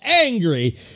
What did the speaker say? angry